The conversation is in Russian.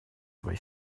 свои